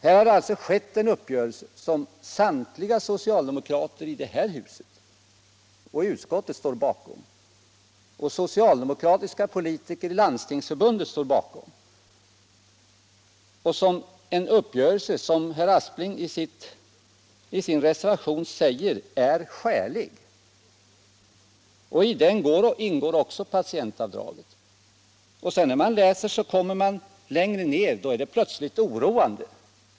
Här har alltså träffats en uppgörelse, som samtliga socialdemokrater i det här huset och i utskottet står bakom, och som också socialdemo kratiska politiker i Landstingsförbundet står bakom. Det är vidare en uppgörelse som herr Aspling och övriga reservanter säger är skälig. I den ingår också patientavdraget. När man så läser längre ned är det plötsligt oroande.